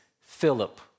Philip